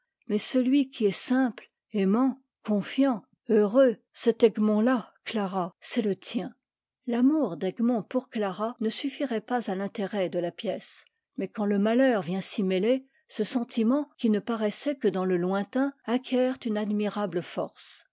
mais celui qui est simple aimant confiant t heureux cet egmont à clara c'est le tien l'amour d'egmont pour clara ne suffirait pas à l'intérêt de la pièce mais quand le malheur vient s'y mêler ce sentiment qui ne paraissait que dans le lointain acquiert une admirable force